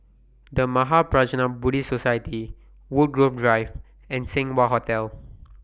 The Mahaprajna Buddhist Society Woodgrove Drive and Seng Wah Hotel